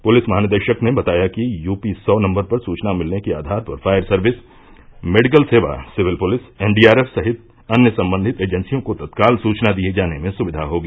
police महानिदेशक ने बताया कि यूपी सौ नम्बर पर सूचना मिलने के आधार पर फायर सर्विस मेडिकल सेवा सिविल पुलिस एनडीआरएफ सहित अन्य सम्बन्धित एजेंसियों को तत्काल सूचना दिये जाने में सुविधा होगी